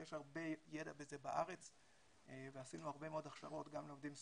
יש הרבה ידע בזה בארץ ועשינו הרבה מאוד הכשרות גם לעובדים סוציאליים,